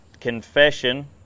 confession